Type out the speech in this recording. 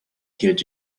killed